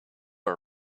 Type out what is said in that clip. are